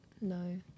no